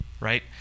right